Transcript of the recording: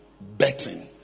betting